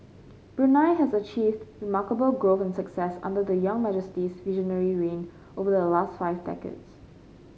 Brunei has achieved remarkable growth and success under the young Majesty's visionary reign over the last five decades